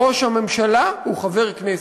ראש הממשלה הוא חבר כנסת.